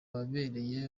wabereye